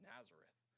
Nazareth